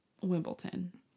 wimbledon